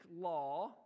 law